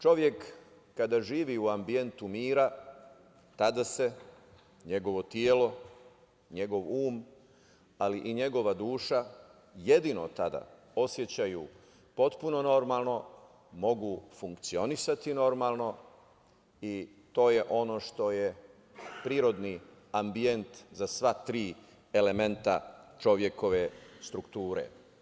Čovek kada živi u ambijentu mira, tada se njegovo telo, njegov um, ali i njegova duša, jedino tada, osećaju potpuno normalno, mogu funkcionisati normalno i to je ono što je prirodni ambijent za sva tri elementa čovekove strukture.